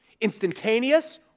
instantaneous